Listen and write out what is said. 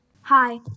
Hi